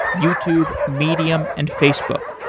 youtube, medium, and facebook.